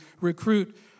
recruit